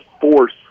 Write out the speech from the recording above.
force